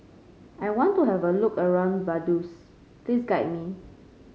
I want to have a look around Vaduz please guide me